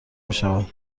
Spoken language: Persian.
میشود